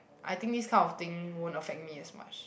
I think this kind of thing wouldn't affect me as much